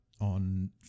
on